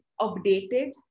updated